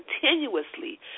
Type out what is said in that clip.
continuously